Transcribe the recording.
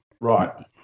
Right